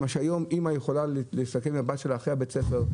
היום אימא יכולה לסכם עם הבת שלה אחרי בית הספר,